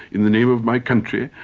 in the name of my country,